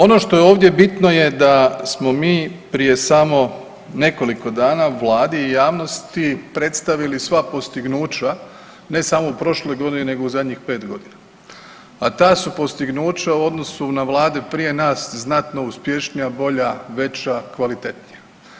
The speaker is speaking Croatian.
Ono što je ovdje bitno je da smo mi prije samo nekoliko dana Vladi i javnosti predstavila sva postignuća ne samo u prošloj godini, nego u zadnjih 5 godina, a ta su postignuća u odnosu na vlade prije nas znatno uspješnija, bolja, veća, kvalitetnija.